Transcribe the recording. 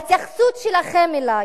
ההתייחסות שלכם אלי,